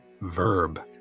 verb